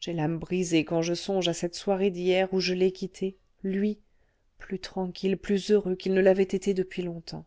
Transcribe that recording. j'ai l'âme brisée quand je songe à cette soirée d'hier où je l'ai quitté lui plus tranquille plus heureux qu'il ne l'avait été depuis longtemps